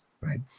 Right